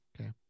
Okay